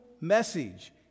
message